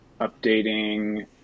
updating